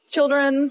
children